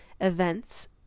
events